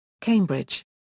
Cambridge